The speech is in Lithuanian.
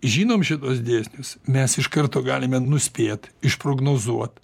žinom šituos dėsnius mes iš karto galime nuspėt išprognozuot